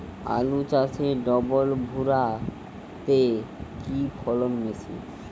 আলু চাষে ডবল ভুরা তে কি ফলন বেশি?